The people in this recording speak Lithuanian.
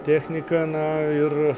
technika na ir